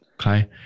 Okay